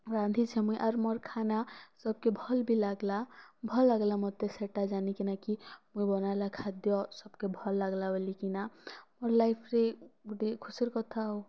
ରାନ୍ଧିଛେ ମୁଇଁ ଆର୍ ମୋର ଖାନା ସବ୍କେ ଭଲ୍ ବି ଲାଗ୍ଲା ଭଲ୍ ଲାଗ୍ଲା ମୋତେ ସେଟା ଜାନିକିନା କି ମୁଇଁ ବନେଇଲା ଖାଦ୍ୟ ସବ୍କେ ଭଲ୍ ଲାଗ୍ଲା ବୋଲି କିନା ମୋର୍ ଲାଇଫ୍ରେ ଗୋଟେ ଖୁସିର କଥା ଆଉ